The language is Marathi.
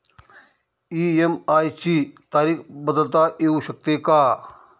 इ.एम.आय ची तारीख बदलता येऊ शकते का?